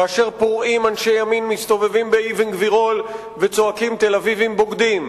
כאשר פורעים אנשי ימין מסתובבים באבן-גבירול וצועקים "תל-אביבים בוגדים"